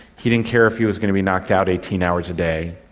he didn't care if he was going to be knocked out eighteen hours a day,